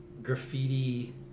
Graffiti